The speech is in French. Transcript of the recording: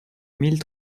mille